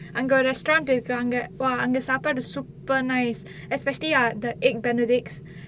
அங்க ஒரு:anga oru restaurant இருக்கு அங்க:irukku anga !wow! அங்க சாப்பாடு:anga saappaadu super nice especially ah the egg benedict